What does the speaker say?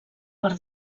per